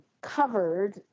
covered